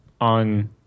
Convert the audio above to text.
on